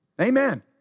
Amen